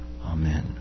Amen